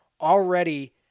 already